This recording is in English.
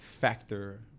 factor